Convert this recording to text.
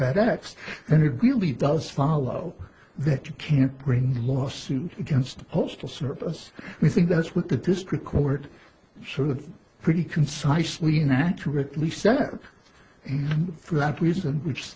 fedex and it really does follow that you can't bring a lawsuit against the postal service we think that's what the district court sort of pretty concisely naturally sat in for that reason which